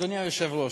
אדוני היושב-ראש,